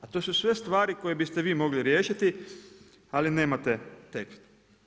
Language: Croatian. A to su sve stvari koje biste vi mogli riješiti ali nemate tekst.